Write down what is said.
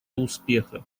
успеха